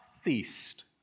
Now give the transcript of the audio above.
ceased